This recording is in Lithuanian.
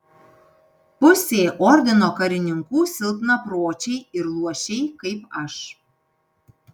pusė ordino karininkų silpnapročiai ir luošiai kaip aš